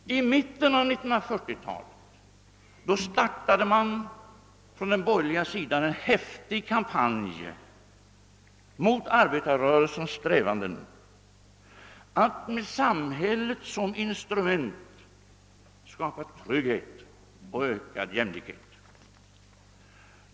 I mitten av 1940-talet startade de borgerliga en häftig kampanj mot arbetarrörelsens strävanden att med samhället som instrument skapa trygghet och ökad jämlikhet.